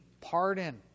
pardon